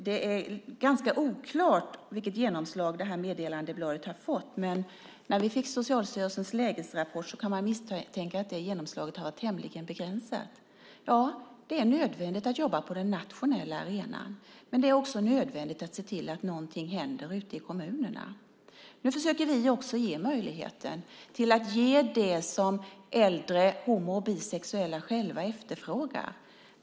Det är ganska oklart vilket genomslag detta meddelandeblad har fått, men utifrån Socialstyrelsens lägesrapport kan man misstänka att genomslaget har varit tämligen begränsat. Det är nödvändigt att jobba på den nationella arenan, men det är också nödvändigt att se till att någonting händer ute i kommunerna. Nu försöker vi också ge möjligheten att erbjuda det som äldre homo och bisexuella själva efterfrågar.